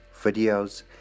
videos